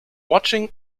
watching